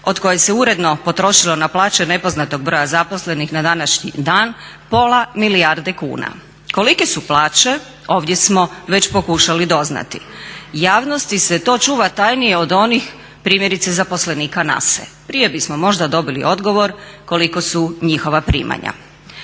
od koje se uredno potrošilo na plaće nepoznatog broja zaposlenih na današnji dan pola milijarde kuna. Kolike su plaće ovdje smo već pokušali doznati. Javnosti se to čuva tajnije od onih primjerice zaposlenika NASA-e, prije bismo možda dobili odgovor koliko su njihova primanja.